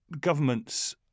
governments